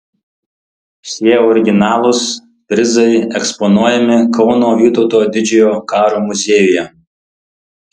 šie originalūs prizai eksponuojami kauno vytauto didžiojo karo muziejuje